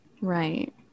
Right